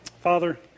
Father